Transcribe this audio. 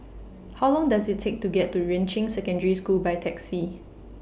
How Long Does IT Take to get to Yuan Ching Secondary School By Taxi